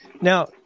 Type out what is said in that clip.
now